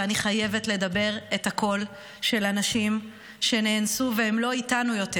ואני חייבת לדבר את הקול של הנשים שנאנסו והן לא איתנו יותר,